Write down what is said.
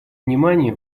внимание